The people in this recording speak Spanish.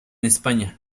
españa